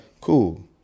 Cool